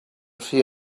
hri